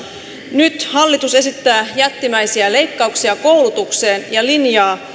nyt hallitus esittää jättimäisiä leikkauksia koulutukseen ja linjaa